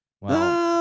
Wow